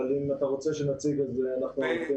אבל אם אתה רוצה שנציג, אנחנו ערוכים לזה.